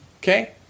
Okay